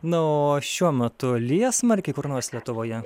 na o šiuo metu lyja smarkiai kur nors lietuvoje